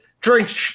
drink